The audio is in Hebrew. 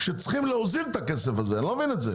צריך להוזיל את המחירים.